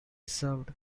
served